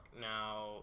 Now